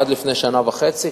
עד לפני שנה וחצי,